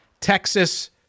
Texas